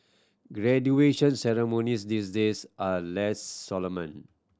graduation ceremonies these days are less solemn